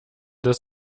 des